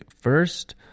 first